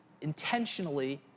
intentionally